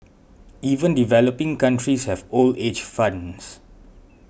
even developing countries have old age funds